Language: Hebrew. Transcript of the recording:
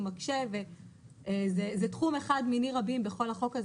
הוא מקשה וזה תחום אחד מני רבים בכל החוק הזה